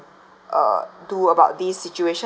uh do about this situation